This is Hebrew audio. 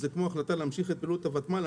כמו ההחלטה להמשיך את פעילות הוותמ"ל.